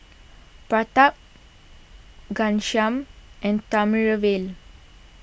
Pratap Ghanshyam and Thamizhavel